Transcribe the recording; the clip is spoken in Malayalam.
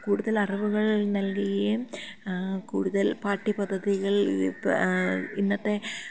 കൂടുതൽ അറിവുകൾ നൽകുകയും കൂടുതൽ പാഠ്യ പദ്ധതികൾ ഇന്നത്തെ